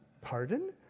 Pardon